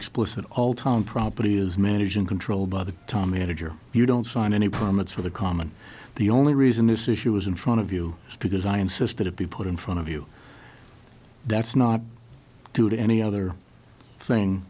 explicit all town property is managed in control by the time manager you don't sign any permits for the common the only reason this issue is in front of you is because i insist that it be put in front of you that's not due to any other thing